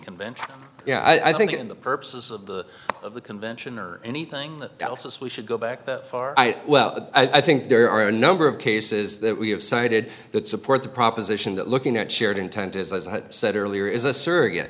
bend yeah i think in the purposes of the of the convention or anything else we should go back that far i well i think there are a number of cases that we have cited that support the proposition that looking at shared intent as i said earlier is a surrogate